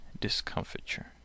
discomfiture